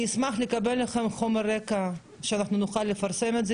אני אשמח לקבל חומר רקע שאנחנו נוכל לפרסם את זה,